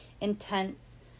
intense